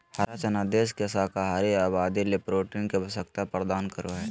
हरा चना देश के शाकाहारी आबादी ले प्रोटीन के आवश्यकता प्रदान करो हइ